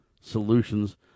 solutions